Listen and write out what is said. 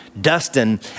Dustin